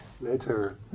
later